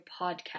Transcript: podcast